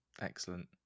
Excellent